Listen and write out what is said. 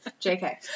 JK